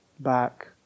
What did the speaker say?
back